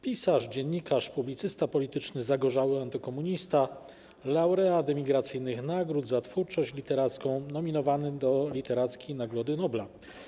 Pisarz, dziennikarz, publicysta polityczny, zagorzały antykomunista, laureat emigracyjnych nagród za twórczość literacką, nominowany do Literackiej Nagrody Nobla.